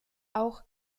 auch